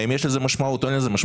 האם יש לזה משמעות או אין לזה משמעות?